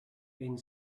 and